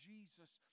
Jesus